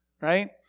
right